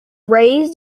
raised